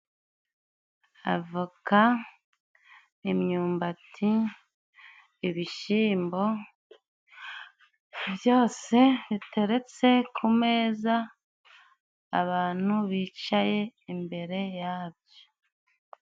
Avoka, imyumbati, ibishimbo byose biteretse ku meza, abantu bicaye imbere yabyo.